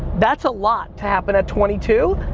that's a lot to happen at twenty two,